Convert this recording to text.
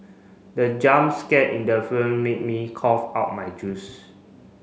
the jump scare in the film made me cough out my juice